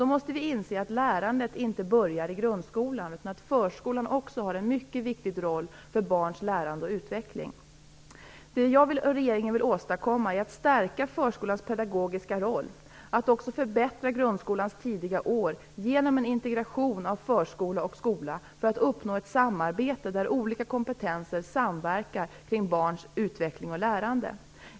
Vi måste inse att lärandet inte börjar i grundskolan; förskolan spelar också en mycket viktig roll för barns lärande och utveckling. Det jag och regeringen vill åstadkomma är att stärka förskolans pedagogiska roll och förbättra grundskolans tidiga år genom en integration av förskola och skola. Ett samarbete skall uppnås där olika kompetenser samverkar kring barns utveckling och lärande.